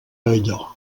allò